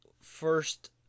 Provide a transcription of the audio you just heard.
first